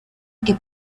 que